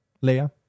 layer